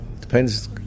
Depends